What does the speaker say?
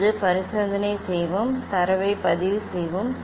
இப்போது பரிசோதனையைச் செய்வோம் தரவைப் பதிவுசெய்வோம்